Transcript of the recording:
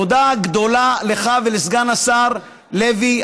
תודה גדולה לך ולסגן השר לוי,